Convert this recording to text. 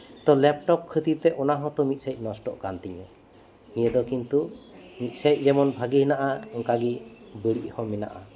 laptop ᱠᱷᱟᱹᱛᱤᱨᱛᱮ ᱚᱱᱟ ᱦᱚᱸᱛᱚ ᱢᱤᱫ ᱥᱮᱫ ᱱᱚᱥᱴᱚᱜ ᱠᱟᱱ ᱛᱤᱧᱟ ᱱᱤᱭᱟᱹ ᱫᱚ ᱠᱤᱱᱛᱩ ᱢᱤᱫᱥᱮᱫ ᱡᱮᱢᱚᱱ ᱵᱷᱟᱜᱮ ᱦᱮᱱᱟᱜᱼᱟ ᱚᱱᱠᱟᱜᱮ ᱵᱟᱹᱲᱤᱡ ᱦᱚᱸ ᱢᱮᱱᱟᱜᱼᱟ